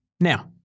Now